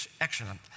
Excellent